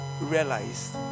realized